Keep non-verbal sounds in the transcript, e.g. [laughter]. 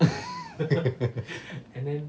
[laughs]